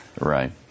Right